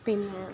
പിന്നെ